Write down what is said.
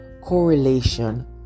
correlation